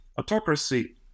autocracy